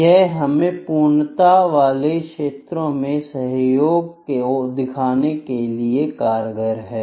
यह हमें पूर्णता वाले क्षेत्रों में सहयोग को दिखाने के लिए कारगर है